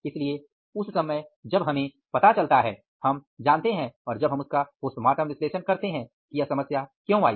इसलिए उस समय जब हमें पता चलता है और जब हम उसका पोस्टमार्टम विश्लेषण करते हैं कि यह समस्या क्यों आई